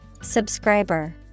Subscriber